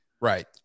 Right